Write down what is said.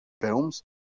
films